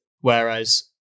whereas